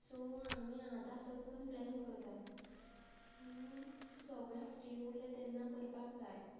so आमी आतां साकून प्लॅन करता सगळ्यांक फ्री उरलें तेन्ना करपाक जाय